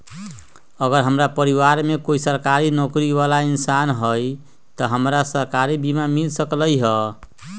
अगर हमरा परिवार में कोई सरकारी नौकरी बाला इंसान हई त हमरा सरकारी बीमा मिल सकलई ह?